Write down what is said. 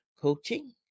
coaching